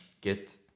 get